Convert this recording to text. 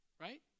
Right